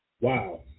wow